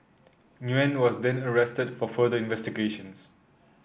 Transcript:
Nguyen was then arrested for further investigations